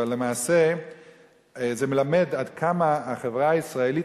אבל למעשה זה מלמד עד כמה החברה הישראלית